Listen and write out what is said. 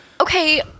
Okay